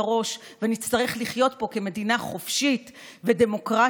הראש ונצטרך לחיות פה כמדינה חופשית ודמוקרטית,